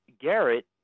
Garrett